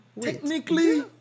Technically